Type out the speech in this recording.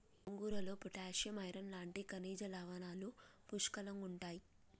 గోంగూరలో potassium, iron లాంటి ఖనిజ లవణాలు పుష్కలంగుంటాయి